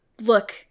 look